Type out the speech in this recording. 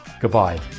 Goodbye